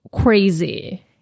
crazy